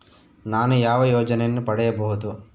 ನಾನು ಯಾವ ಯೋಜನೆಯನ್ನು ಪಡೆಯಬಹುದು?